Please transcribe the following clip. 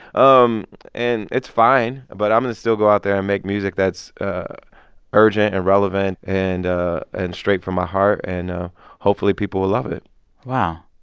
um and it's fine. but um still go out there and make music that's ah urgent and relevant and ah and straight from my heart, and ah hopefully people will love it wow.